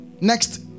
Next